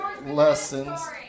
Lessons